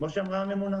כפי שאמרה הממונה